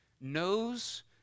knows